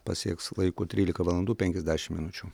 pasieks laiku trylika valandų penkiasdešimt minučių